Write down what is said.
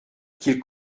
qu’il